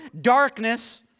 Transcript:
darkness